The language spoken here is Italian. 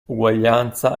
uguaglianza